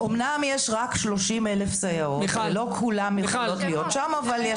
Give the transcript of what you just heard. אמנם יש רק 30,000 סייעות ולא כולן יכולות להיות שם אבל יש.